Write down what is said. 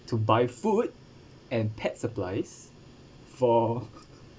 to buy food and pet supplies for